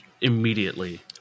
immediately